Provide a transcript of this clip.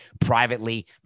Privately